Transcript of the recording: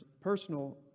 personal